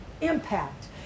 impact